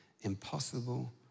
impossible